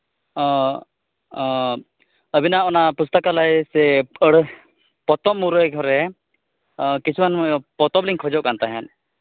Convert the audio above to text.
ᱚ ᱚ ᱟᱹᱵᱤᱱᱟᱜ ᱚᱱᱟ ᱯᱩᱥᱛᱚᱠᱟᱞᱚᱭ ᱥᱮ ᱟᱹᱲᱟᱹ ᱯᱚᱛᱚᱵ ᱢᱩᱨᱟᱹᱭ ᱜᱷᱚᱨᱮ ᱠᱤᱪᱷᱩᱜᱟᱱ ᱯᱚᱛᱚᱵ ᱞᱤᱧ ᱠᱷᱚᱡᱚᱜ ᱠᱟᱱ ᱛᱟᱦᱮᱸᱫ